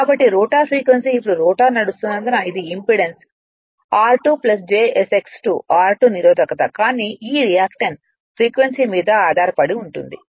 కాబట్టి rotor frequency ఇప్పుడు rotor నడుస్తున్నందున ఇది impedance r2 j s X 2 r2 నిరోధకత కానీ ఈ ప్రతిచర్య ఫ్రీక్వెన్సీ మీద ఆధారపడి ఉంటుంది